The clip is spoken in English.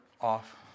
off